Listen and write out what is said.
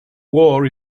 war